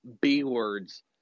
B-words